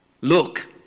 look